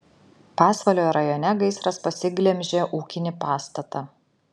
pasvalio rajone gaisras pasiglemžė ūkinį pastatą